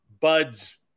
Bud's